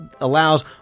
allows